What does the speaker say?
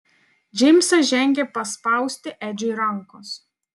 džeimsas žengė paspausti edžiui rankos